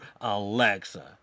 Alexa